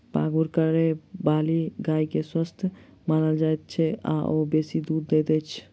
पागुर करयबाली गाय के स्वस्थ मानल जाइत छै आ ओ बेसी दूध दैत छै